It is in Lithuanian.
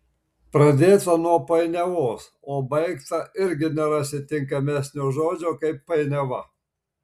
pradėta nuo painiavos o baigta irgi nerasi tinkamesnio žodžio kaip painiava